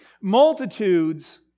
multitudes